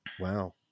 wow